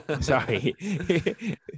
Sorry